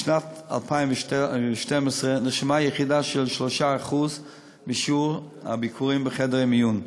משנת 2012 נרשמה ירידה של 3% בשיעור הביקורים בחדרי המיון.